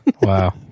Wow